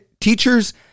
teachers